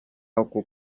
ocupa